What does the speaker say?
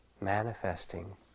manifesting